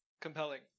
compelling